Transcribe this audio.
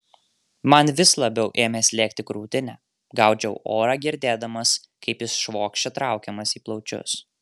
man vis labiau ėmė slėgti krūtinę gaudžiau orą girdėdamas kaip jis švokščia traukiamas į plaučius